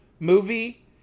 movie